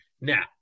Now